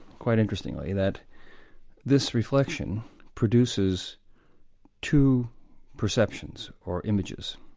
quite interestingly, that this reflection produces two perceptions or images,